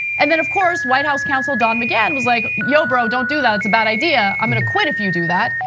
and then of course, white house counsel don mccann was like, you, bro, don't do that, it's a bad idea. i'm gonna quit if you do that,